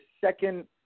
second